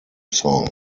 song